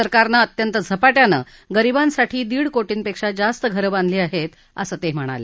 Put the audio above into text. सरकारनं अत्यंत झपाट्यानं गरिबांसाठी दीड कोटींपेक्षा जास्त घरं बांधली आहेत असं मोदी यांनी सांगितलं